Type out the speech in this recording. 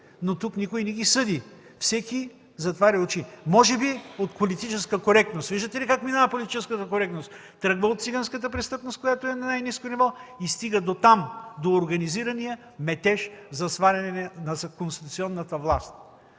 Но тук никой не ги съди, всеки затваря очи. Може би от политическа коректност. Виждате ли как минава политическата коректност – тръгва от циганската престъпност, която е най-ниско ниво, и стига дотам – до организирания метеж за сваляне на конституционната власт.